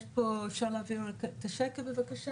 אפשר לראות,